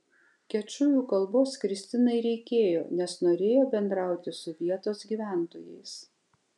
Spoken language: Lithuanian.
kečujų kalbos kristinai reikėjo nes norėjo bendrauti su vietos gyventojais